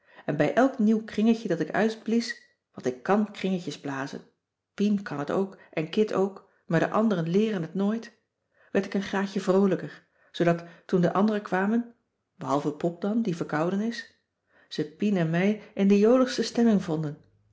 en bij elk nieuw kringetje dat ik uitblies want ik kan kringetjes blazen pien kan het ook en kit ook maar de anderen leeren het nooit werd ik een graadje vroolijker zoodat toen de anderen kwamen behalve pop dan die verkouden is ze pien en mij in de joligste stemming vonden